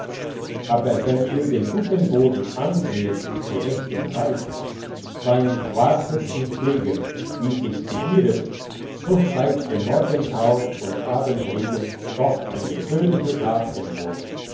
aber wenn ihr den guten boden ansäet zu rechter zeit sein wartet und pfleget wie sich's gebühret so steigt im morgentau und abendregen doch eine fröhliche saat empor